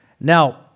Now